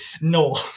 No